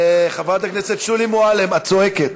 חברת הכנסת שולי מועלם, את צועקת.